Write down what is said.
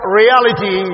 reality